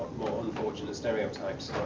unfortunate stereotypes,